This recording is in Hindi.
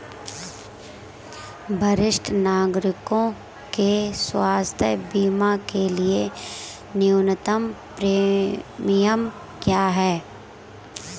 वरिष्ठ नागरिकों के स्वास्थ्य बीमा के लिए न्यूनतम प्रीमियम क्या है?